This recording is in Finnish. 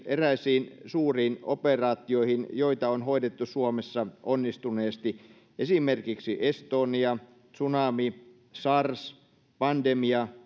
eräisiin suuriin operaatioihin joita on hoidettu suomessa onnistuneesti esimerkiksi estonia tsunami sars pandemia